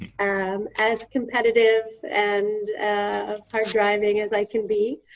um as competitive and hard driving as i can be,